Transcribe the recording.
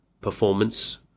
performance